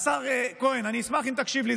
השר כהן, אני אשמח אם תקשיב לי.